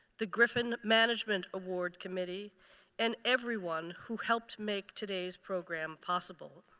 the griffin management award committee and everyone who helped make today's program possible.